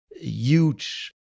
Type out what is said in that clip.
huge